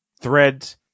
Threads